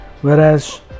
whereas